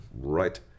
right